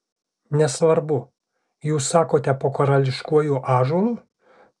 nesvarbu jūs sakote po karališkuoju ąžuolu